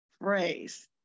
phrase